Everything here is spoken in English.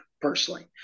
personally